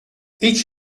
each